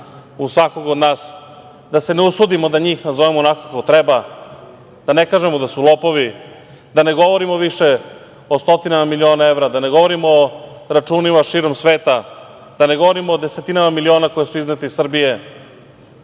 u svakome od nas, da se ne usudimo da njih nazovemo onako kako treba, da ne kažemo da su lopovi, da ne govorimo više o stotinama miliona evra, da ne govorimo o računima širom sveta, da ne govorimo o desetinama miliona koje su iznete iz Srbije,